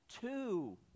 two